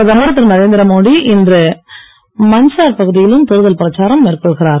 பிரதமர் திரு நரேந்திரமோடி இன்று மண்ட்சார் பகுதியிலும் தேர்தல் பிரச்சாரம் மேற்கொள்கிறார்